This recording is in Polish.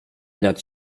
dać